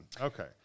Okay